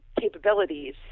capabilities